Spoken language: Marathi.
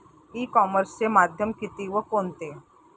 ई कॉमर्सचे माध्यम किती व कोणते?